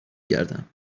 گردم